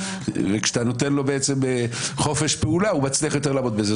וכשאתה נותן לו חופש פעולה הוא מצליח לעמוד בזה יותר.